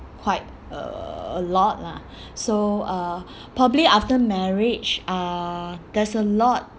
quite a lot lah so uh probably after marriage uh there's a lot